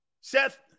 Seth